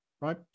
right